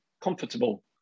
comfortable